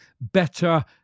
better